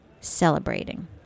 celebrating